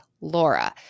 Laura